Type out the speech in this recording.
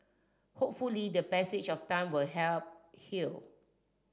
hopefully the passage of time will help heal